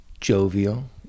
jovial